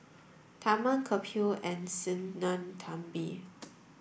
Tharman Kapil and Sinnathamby